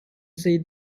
zei